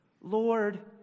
Lord